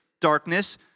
darkness